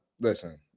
listen